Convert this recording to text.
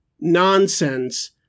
nonsense